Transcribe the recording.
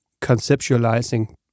conceptualizing